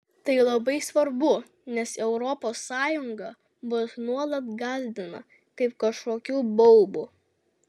tai labai svarbu nes europos sąjunga mus nuolat gąsdina kaip kažkokiu baubu